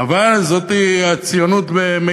קסנופוב זה מישהו ששונא זרים.